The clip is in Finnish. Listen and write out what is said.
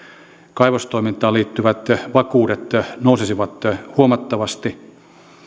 kaivostoimintaan liittyvät vakuudet nousisivat huomattavasti